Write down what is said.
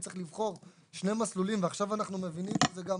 צריך לבחור שני מסלולים ועכשיו אנחנו מבינים שזה גם